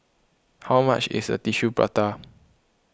how much is a Tissue Prata